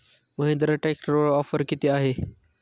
महिंद्रा ट्रॅक्टरवर ऑफर किती आहे?